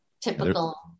Typical